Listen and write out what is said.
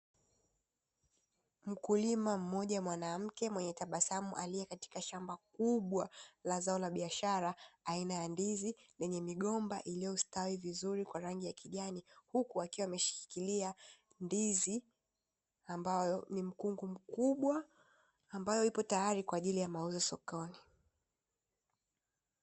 Mkulima mmoja mwanamke mwenye tabasamu, aliye katika shamba kubwa la zao la biashara aina ya ndizi lenye migomba iliyostawi vizuri kwa rangi ya kijani. Huku wakiwa wameshikilia ndizi ambayo ni mkungu mkubwa ambayo ipo tayari kwa ajili ya mauzo sokoni.